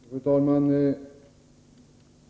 Fru talman!